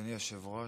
אדוני היושב-ראש,